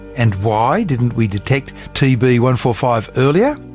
and why didn't we detect t b one four five earlier?